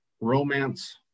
romance